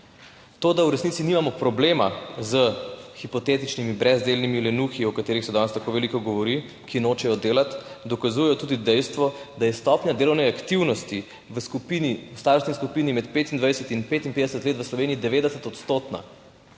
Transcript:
To, da v resnici nimamo problema s hipotetičnimi brezdelnimi lenuhi, o katerih se danes tako veliko govori, ki nočejo delati, dokazuje tudi dejstvo, da je stopnja delovne aktivnosti v skupini v starostni skupini med 25 in 55 let v Sloveniji 90 %,